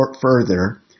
further